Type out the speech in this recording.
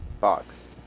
box